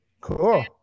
Cool